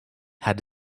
had